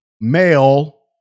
male